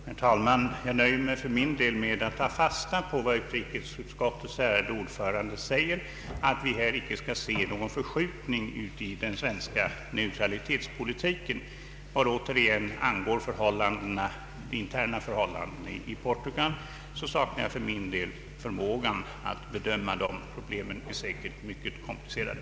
Herr talman! Jag nöjer mig med att ta fasta på vad utrikesutskottets ärade ordförande sade om att vi här inte kan se någon förskjutning i den svenska neutralitetspolitiken. Vad återigen angår interna förhållanden i Portugal sak nar jag för min del förmågan att bedöma dem. Problemen är säkert mycket komplicerade.